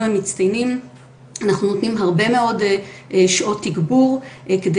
המצטיינים אנחנו נותנים הרבה מאוד שעות תגבור כדי